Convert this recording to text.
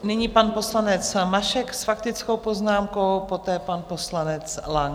Nyní pan poslanec Mašek s faktickou poznámkou, poté pan poslanec Lang.